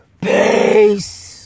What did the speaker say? Peace